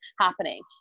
happening